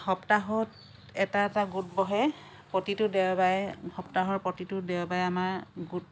সপ্তাহত এটা এটা গোট বহে প্ৰতিটো দেওবাৰে সপ্তাহৰ প্ৰতিটো দেওবাৰে আমাৰ গোট